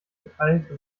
verteilte